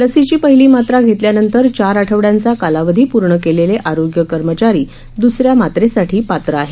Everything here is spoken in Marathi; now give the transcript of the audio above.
लसीची पहिली मात्र घेतल्यानंतर चार आठवड़यांचा कालावधी पूर्ण केलेले आरोग्य कर्मचारी द्रसऱ्या मात्रेसाठी पात्र आहेत